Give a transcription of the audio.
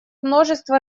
множество